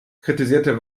kritisierte